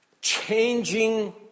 changing